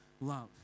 love